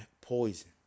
poison